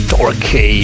Torque